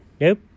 Nope